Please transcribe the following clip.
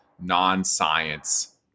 non-science